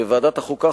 בוועדת החוקה,